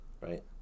Right